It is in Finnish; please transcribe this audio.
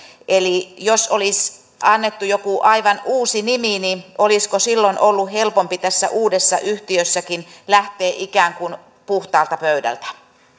eli jos olisi annettu joku aivan uusi nimi niin olisiko silloin ollut helpompi tässä uudessa yhtiössäkin lähteä ikään kuin puhtaalta pöydältä